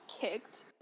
kicked